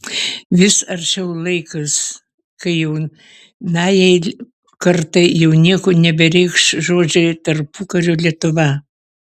vis arčiau laikas kai jaunajai kartai jau nieko nebereikš žodžiai tarpukario lietuva